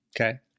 Okay